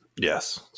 Yes